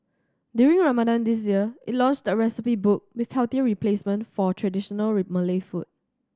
during Ramadan this year it launched a recipe book with healthier replacements for traditional Malay food